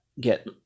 get